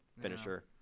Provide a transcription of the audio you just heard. finisher